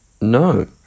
No